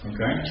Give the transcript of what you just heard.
Okay